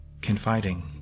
confiding